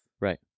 Right